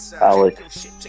Alex